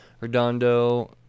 Redondo